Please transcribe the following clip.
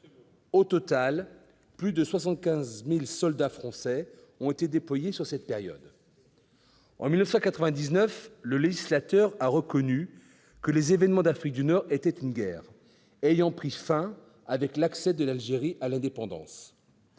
Au total, plus de 75 000 soldats français ont été déployés pendant cette période. En 1999, le législateur a reconnu que les événements d'Afrique du Nord étaient une guerre, et que cette dernière avait pris fin avec l'accès de l'Algérie à l'indépendance.